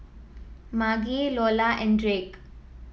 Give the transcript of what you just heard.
Margy Lola and Drake